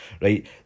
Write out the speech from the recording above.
right